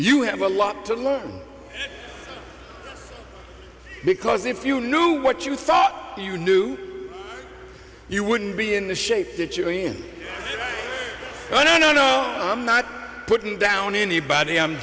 you have a lot to learn because if you knew what you thought you knew you wouldn't be in the shape that you're in i'm not putting down anybody i'm